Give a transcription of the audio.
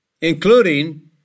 including